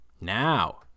Now